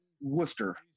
Worcester